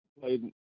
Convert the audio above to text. played